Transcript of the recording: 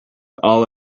all